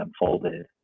unfolded